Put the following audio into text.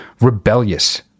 rebellious